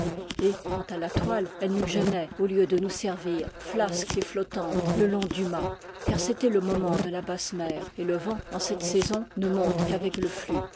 et quant à la toile elle nous gênait au lieu de nous servir flasque et flottante le long du mât car c'était le moment de la basse mer et le vent en cette saison ne monte qu'avec le flux